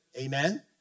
Amen